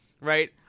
right